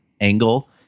Angle